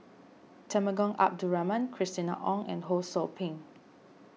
Temenggong Abdul Rahman Christina Ong and Ho Sou Ping